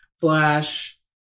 Flash